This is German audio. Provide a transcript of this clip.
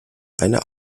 eine